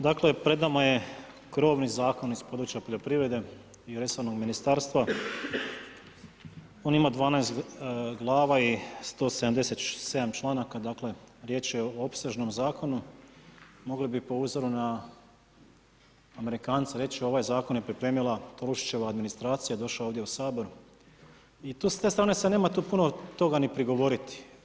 Dakle pred nama je krovni zakon iz područja poljoprivrede i resornog ministarstva, on ima 12 glava i 177 članaka, dakle riječ je o opsežnom zakonu, mogli bi po uzoru na Amerikance reći ovaj zakon je pripremila Tolušićeva administracija, došao je ovdje u Sabor i to s te strane se nema puno toga ni prigovoriti.